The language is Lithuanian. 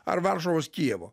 ar varšuvos kijevo